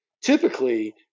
Typically